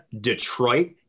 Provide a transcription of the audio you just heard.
Detroit